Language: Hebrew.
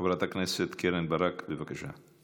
חברת הכנסת קרן ברק, בבקשה.